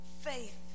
faith